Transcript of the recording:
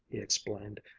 he explained,